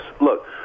Look